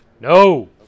No